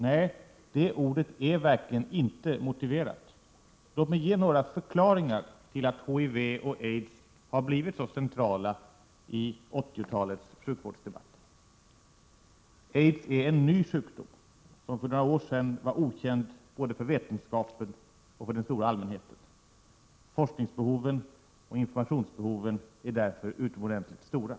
Nej, det ordet är verkligen inte motiverat. Låt mig ge några förklaringar till att HIV och aids har blivit så centrala i 80-talets sjukvårdsdebatt. Aids är en ny sjukdom, som för några år sedan var okänd både för vetenskapen och för den stora allmänheten. Forskningsbehoven och informationsbehoven är därför utomordentligt stora.